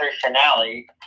finale